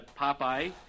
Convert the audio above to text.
Popeye